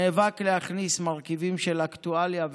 נאבק להכניס מרכיבים של אקטואליה וחדשות.